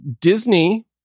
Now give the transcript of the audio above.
Disney